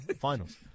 finals